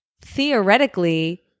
Theoretically